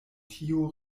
tio